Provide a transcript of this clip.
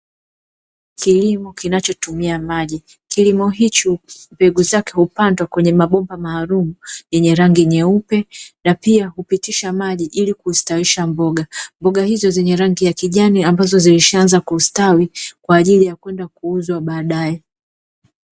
Kilimo kinachotumia maji kilimo hicho mbegu zake hupandwa kwenye mabomba maalumu yenye rangi nyeupe, na pia hupitisha maji ili kustawisha mboga. Mboga hizo zenye rangi ya kijani ambazo zilishaanza kustawi kwa ajili ya kwenda kuuzwa baadaye.